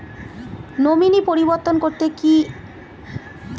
Nominee পরিবর্তন করতে হলে কী করতে হবে?